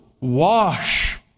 wash